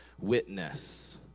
Witness